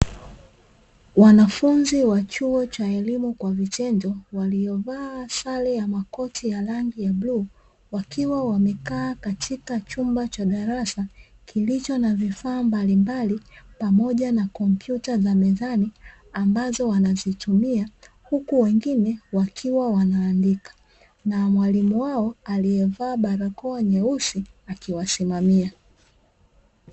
Wanafunzi wa chuo cha elimu kwa vitendo waliovaa sare ya makoti ya rangi ya bluu, wakiwa wamekaa katika chumba cha darasa kilicho na vifaa mbalimbali pamoja na kompyuta za mezani ambazo wanazitumia, huku wengine wakiwa wanaandika, na mwalimu wao aliyevaa barakoa nyeusi akiwa anawasimamia.